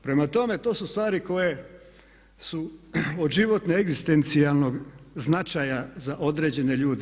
Prema tome, to su stvari koje su od životnog, egzistencijalnog značaja za određene ljude.